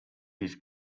his